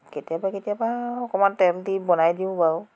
কেতিয়াবা কেতিয়াবা অলপ তেল দি বনাই দিওঁ বাৰু